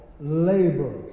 labor